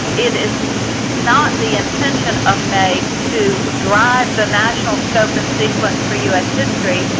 it is not the intention of naep to drive the national scope and sequence for u s. history,